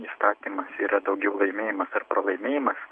įstatymas yra daugiau laimėjimas ar pralaimėjimas